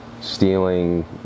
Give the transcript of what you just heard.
stealing